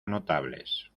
notables